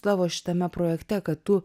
tavo šitame projekte kad tu